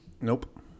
Nope